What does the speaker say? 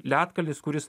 ledkalnis kuris